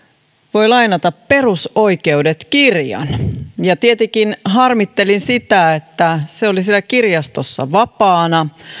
voi lainata perusoikeudet kirjan tietenkin harmittelin sitä että se oli siellä kirjastossa vapaana